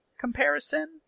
comparison